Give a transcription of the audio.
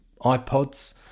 iPods